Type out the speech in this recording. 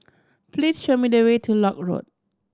please show me the way to Lock Road